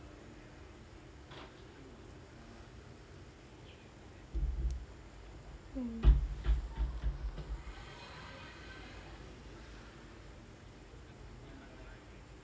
oh